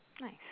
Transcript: Nice